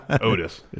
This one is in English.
Otis